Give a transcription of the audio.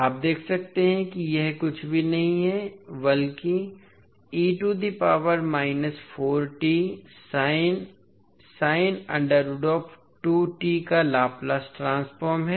आप देख सकते हैं कि यह कुछ भी नहीं है बल्कि का लाप्लास ट्रांसफॉर्म है